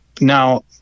Now